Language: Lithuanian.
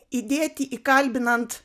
įdėti įkalbinant